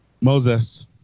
Moses